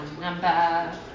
number